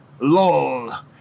lol